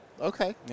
Okay